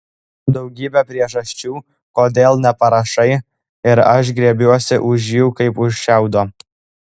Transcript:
daugybė priežasčių kodėl neparašai ir aš griebiuosi už jų kaip už šiaudo